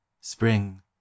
Spring